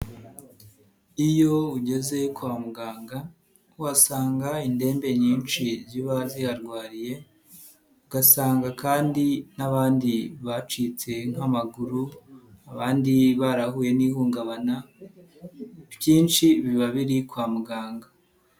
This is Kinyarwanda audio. Iyo ugeze kwa muganga uhasanga indembe nyinshi ziba ziharwariye ugasanga kandi n'abandi bacitse nk'amaguru, abandi barahuye n'ihungabana, byinshi biba biri kwa muganga.